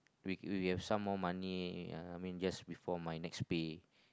we we have some more money uh I mean just before my next pay